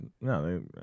No